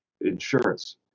insurance